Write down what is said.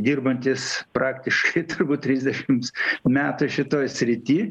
dirbantis praktiškai turbūt trisdešims metų šitoj srity